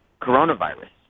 coronavirus